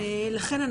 לכן,